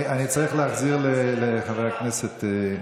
אני צריך להחזיר לחבר הכנסת.